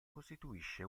costituisce